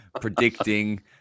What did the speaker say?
predicting